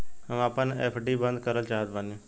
हम आपन एफ.डी बंद करल चाहत बानी